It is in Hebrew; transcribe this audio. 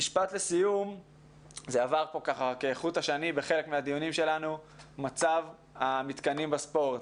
נושא שעבר כחוט השני בחלק מהדיונים שלנו הוא מצב המתקנים בספורט.